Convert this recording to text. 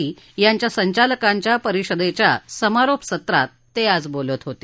T यांच्या संचालकांच्या परिषदेच्या समारोप सत्रात ते आज बोलत होते